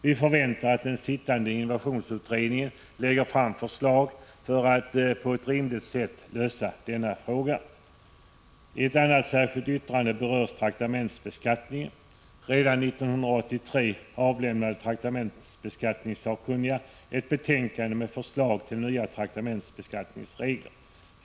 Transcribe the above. Vi förväntar att den sittande innovationsutredningen lägger fram förslag till en rimlig lösning av denna fråga. I ett annat särskilt yttrande berörs traktamentsbeskattningen. Redan 1983 avlämnade traktamentsbeskattningssakkunniga ett betänkande med förslag till nya regler för beskattning av traktamenten.